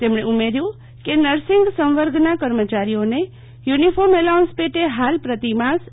તેમણે ઉમેર્થું કે નર્સિંગ સંવર્ગના કર્મચારીઓને યુનિફોર્મ એલાઉન્સ પેટે હાલ પ્રતિમાસ રૂ